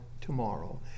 tomorrow